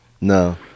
No